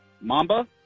Mamba